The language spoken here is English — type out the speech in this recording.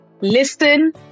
listen